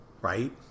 Right